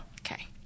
Okay